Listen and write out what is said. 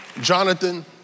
Jonathan